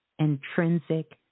intrinsic